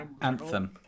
Anthem